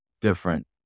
different